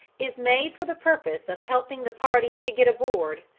is made for the purpose of helping the party to get aboard,